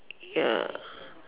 ya